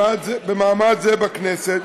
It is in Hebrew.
במעמד זה בכנסת,